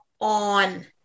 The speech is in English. on